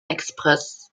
express